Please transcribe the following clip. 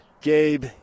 Gabe